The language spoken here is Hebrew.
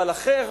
אבל אחר